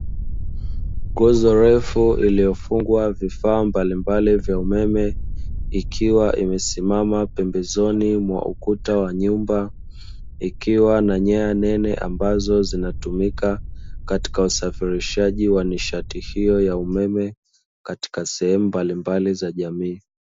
Nguzo refu lililofungwa vifaa mbalimbali vya umeme, ikiwa imesimama pembezoni mwa ukuta wa nyumba, ikiwa na nyaya nene ambazo zinatumika katika usafirishaji wa nishati hiyo ya umeme, katika sehemu mbalimbali za jamii.